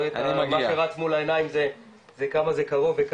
מה שרץ מול העיניים זה כמה זה קרוב.